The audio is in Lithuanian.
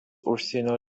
užsienio